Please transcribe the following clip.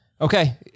Okay